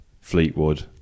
Fleetwood